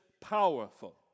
powerful